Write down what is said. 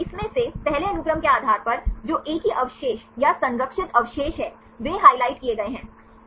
इसमें से पहले अनुक्रम के आधार पर जो एक ही अवशेष या संरक्षित अवशेष हैं वे हाइलाइट किए गए हैं